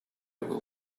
will